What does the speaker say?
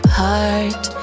heart